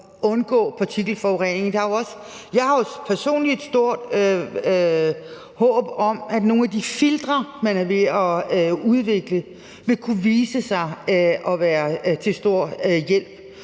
og undgå partikelforurening. Jeg har jo personligt et stort håb om, at nogle af de filtre, man er ved at udvikle, vil kunne vise sig at være til stor hjælp,